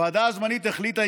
הוועדה הזמנית החליטה,